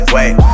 Wait